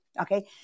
Okay